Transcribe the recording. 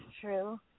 true